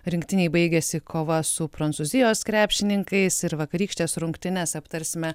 rinktinei baigėsi kova su prancūzijos krepšininkais ir vakarykštes rungtynes aptarsime